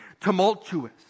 tumultuous